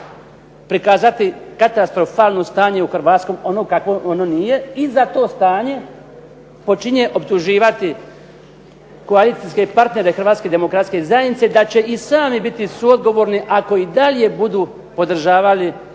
prikazati katastrofalno stanje u Hrvatskoj ono kako ono nije i za to stanje počinje optuživati koalicijske partnere HDZ-a da će i sami biti suodgovorni ako i dalje budu podržavali